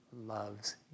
loves